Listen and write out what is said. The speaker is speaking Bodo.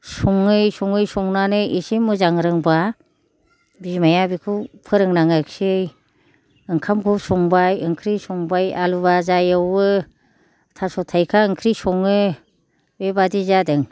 सङै सङै संनानै एसे मोजां रोंबा बिमाया बिखौ फोरोंनाङासै ओंखामखौ संबाय आंख्रि संबाय आलु बाजा एवो थास' थाइखा आंख्रि सङो बेबादि जादों